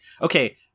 Okay